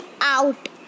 out